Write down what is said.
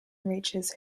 reaches